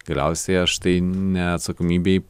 galiausiai aš tai ne atsakomybei